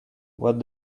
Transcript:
what